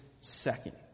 second